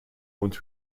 und